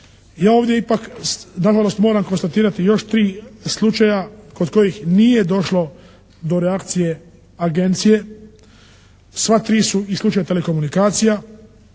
Ja ovdje ipak nažalost moram konstatirati još 3 slučaja kod kojih nije došlo do reakcije Agencije. Sva 3 su i slučaj telekomunikacija.